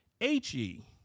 H-E